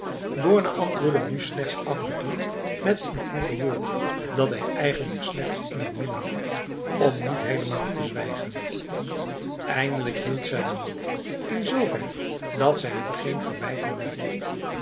borne antwoordde nu nog slechts af en toe met een enkel woord dat hij eigenlijk slechts in het midden bracht om niet helemaal te zwijgen eindelijk hield zij de mond in zover dat ze hem geen verwijten meer deed